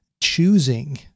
choosing